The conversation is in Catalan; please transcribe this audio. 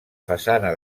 façana